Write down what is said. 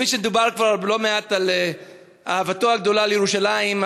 דובר לא מעט על אהבתו הגדולה לירושלים,